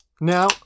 Now